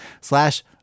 slash